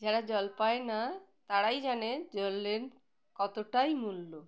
যারা জল পায় না তারাই জানে জলের কতটাই মূল্য